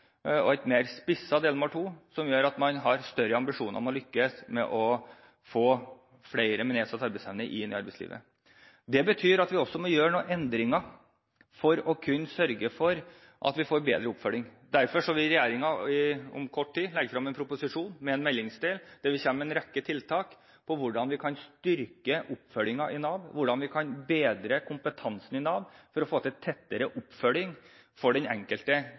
at et spisset delmål 2 og tydeligere parter i den nye IA-avtalen gjør at man har større ambisjoner om å lykkes med å få flere med nedsatt arbeidsevne inn i arbeidslivet. Det betyr at vi også må gjøre noen endringer for å sørge for bedre oppfølging. Derfor vil regjeringen om kort tid legge frem en proposisjon med en meldingsdel, der vi kommer med en rekke tiltak for hvordan vi kan styrke oppfølgingen i Nav, hvordan vi kan bedre kompetansen i Nav for å få til en tettere oppfølging av den enkelte